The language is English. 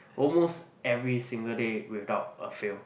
almost every single day without a fail